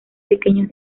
pequeños